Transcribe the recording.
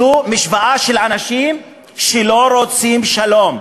זו משוואה של אנשים שלא רוצים שלום,